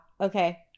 okay